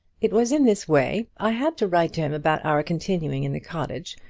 it was in this way. i had to write to him about our continuing in the cottage.